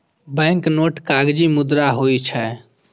banknote कागजी मुद्रा होइ छै